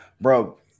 bro